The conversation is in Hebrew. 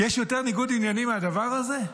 יש יותר ניגוד עניינים מהדבר הזה?